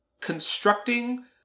constructing